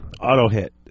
Auto-hit